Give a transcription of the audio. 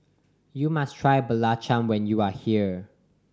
you must try belacan when you are here